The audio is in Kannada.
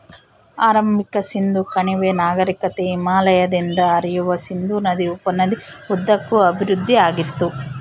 ಆರಂಭಿಕ ಸಿಂಧೂ ಕಣಿವೆ ನಾಗರಿಕತೆ ಹಿಮಾಲಯದಿಂದ ಹರಿಯುವ ಸಿಂಧೂ ನದಿ ಉಪನದಿ ಉದ್ದಕ್ಕೂ ಅಭಿವೃದ್ಧಿಆಗಿತ್ತು